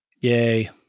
Yay